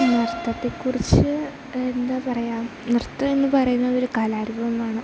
നൃത്തത്തെ കുറിച്ചു എന്താണ് പറയുക നൃത്തം എന്ന് പറയുന്നത് ഒരു കലാരൂപമാണ്